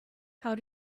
how